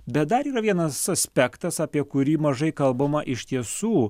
bet dar yra vienas aspektas apie kurį mažai kalbama iš tiesų